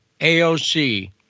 AOC